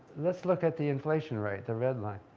let's look at the inflation rate, the red line.